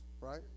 right